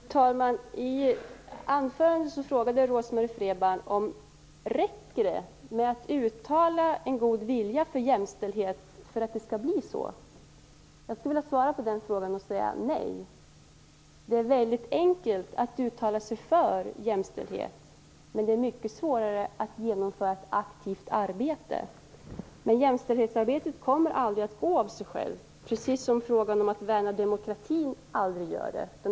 Fru talman! I anförandet frågade Rose-Marie Frebran om det räcker att uttala en god vilja för jämställdhet för att det skall bli så. Jag skulle vilja svara på den frågan och säga nej. Det är mycket enkelt att uttala sig för jämställdhet. Det är mycket svårare att genomföra ett aktivt arbete. Jämställdhetsarbetet kommer aldrig att gå av sig självt. Precis som frågan om att värna demokratin aldrig gör det.